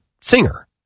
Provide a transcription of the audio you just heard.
singer